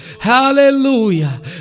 hallelujah